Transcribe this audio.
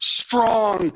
strong 、